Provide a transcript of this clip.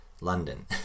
London